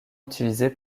utilisé